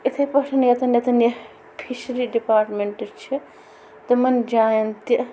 یِتھَے پٲٹھۍ ییٚتٮ۪ن ییٚتٮ۪ن یہِ فِشری ڈِپاٹمنٛٹ چھِ تِمَن جایَن تہِ